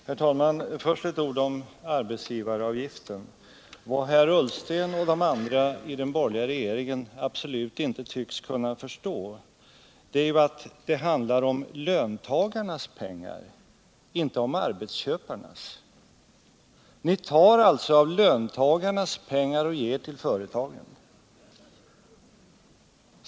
Herr talman! Först några ord om arbetsgivaravgiften. Vad Ola Ullsten och de andra i den borgerliga regeringen absolut inte tycks kunna förstå är att det handlar om löntagarnas pengar — inte om arbetsköparnas. Ni tar alltså av löntagarnas pengar och ger till företagen.